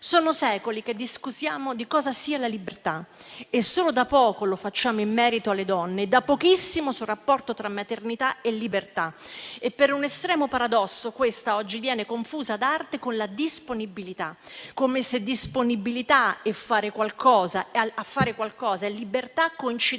Sono secoli che discutiamo di cosa sia la libertà e solo da poco lo facciamo in merito alle donne e da pochissimo sul rapporto tra maternità e libertà. E per un estremo paradosso questa oggi viene confusa ad arte con la disponibilità, come se disponibilità a fare qualcosa e libertà coincidessero